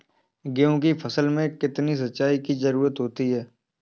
गेहूँ की फसल में कितनी सिंचाई की जरूरत होती है?